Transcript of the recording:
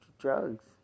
drugs